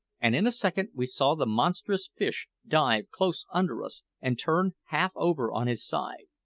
and in a second we saw the monstrous fish dive close under us and turn half-over on his side.